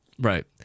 Right